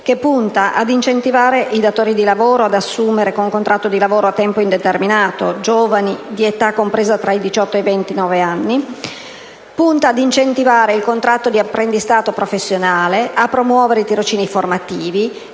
puntano ad incentivare i datori di lavoro ad assumere con contratto di lavoro a tempo indeterminato giovani di età compresa tra i diciotto e i ventinove anni, ad incentivare il contratto di apprendistato professionale ed a promuovere tirocini formativi.